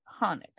Hanukkah